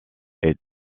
est